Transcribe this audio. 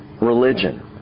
religion